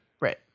Right